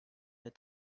the